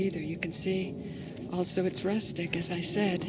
either you can see also it's resting as i said